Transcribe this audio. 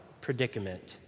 predicament